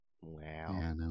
Wow